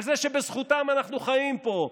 על זה שבזכותם אנחנו חיים פה,